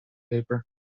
paper